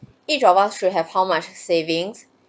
each of us should have how much savings